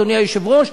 אדוני היושב-ראש,